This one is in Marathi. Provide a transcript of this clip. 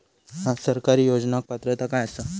हया सरकारी योजनाक पात्रता काय आसा?